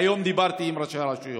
היום דיברתי עם ראשי הרשויות.